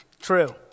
True